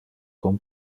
con